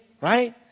right